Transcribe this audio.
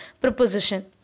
preposition